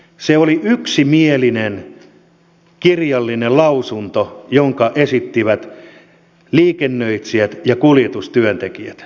se oli yksimielinen kirjallinen lausunto jonka esittivät liikennöitsijät ja kuljetustyöntekijät